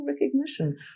recognition